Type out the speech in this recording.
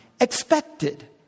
expected